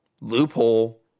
Loophole